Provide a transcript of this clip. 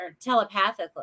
telepathically